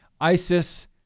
ISIS